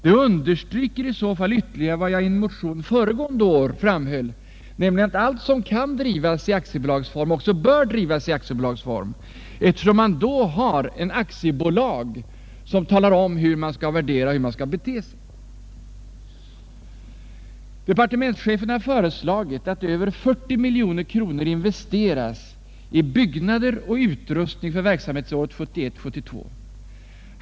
Detta understryker i så fall ytterligare vad jag i en motion föregäende år framhöll, nämligen att allt som kan drivas i aktiebolagsform också bör drivas i aktiebolagsform, eftersom det då finns en aktiebolagslag som föreskriver hur man skall värdera och hur man skall bete sig. Departementschefen har föreslagit att över 40 miljoner kronor investeras i byggnader och utrustning för verksamhetsåret 1971/72.